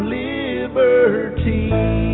liberty